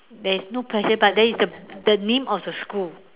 there is no pressure but there is the the name of the school